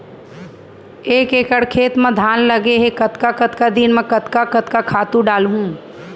एक एकड़ खेत म धान लगे हे कतका कतका दिन म कतका कतका खातू डालहुँ?